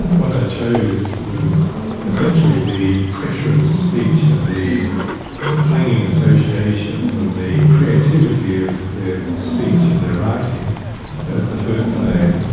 what i chose was essentially the pressure of speech and the clanging associations and the creativity of their speech and their writing as the first domain.